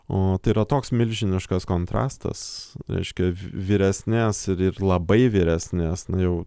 o tai yra toks milžiniškas kontrastas reiškia vyresnės ir ir labai vyresnės na jau